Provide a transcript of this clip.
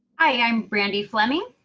i am brandi fleming.